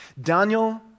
Daniel